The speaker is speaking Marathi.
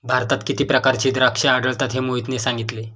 भारतात किती प्रकारची द्राक्षे आढळतात हे मोहितने सांगितले